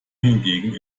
hingegen